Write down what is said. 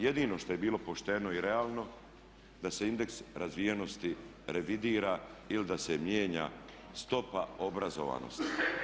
Jedino što je bilo pošteno i realno da se indeks razvijenosti revidira ili da se mijenja stopa obrazovanosti.